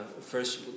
first